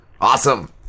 Awesome